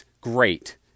great